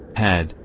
had,